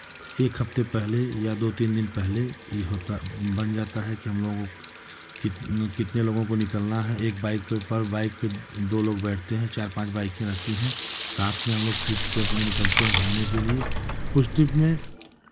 एक हफ्ते पहले या दो तीन दिन पहले ये होता बन जाता है कि हमलोग कित कितने लोगों को निकलना है एक बाइक पे पर बाइक पे जो लोग बैठते हैं चार पाँच बाइकें रहती हैं साथ में हमलोग निकलते हैं अपने घूमने के लिए उस ट्रिप में